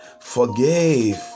Forgave